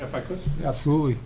if i could absolutely